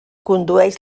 condueix